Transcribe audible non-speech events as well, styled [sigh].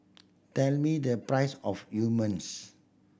tell me the price of you [unintelligible]